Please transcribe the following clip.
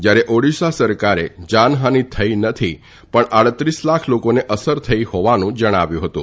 જયારે ઓડીસ્સા સરકારે જાનહાની થઇ નથી પણ આડત્રીસ લાખ લોકોને અસર થઇ હોવાનું જણાવ્યું હતું